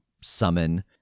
summon